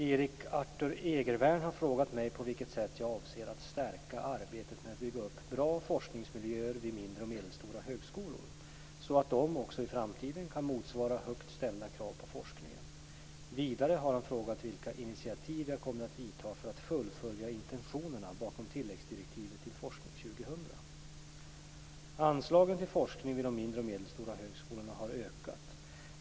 Fru talman! Erik Arthur Egervärn har frågat mig på vilket sätt jag avser att stärka arbetet med att bygga upp bra forskningsmiljöer vid mindre och medelstora högskolor så att de också i framtiden kan motsvara högt ställda krav på forskningen. Vidare har han frågat vilka initiativ jag kommer att vidta för att fullfölja intentionerna bakom tilläggsdirektivet till Anslagen till forskning vid de mindre och medelstora högskolorna har ökat.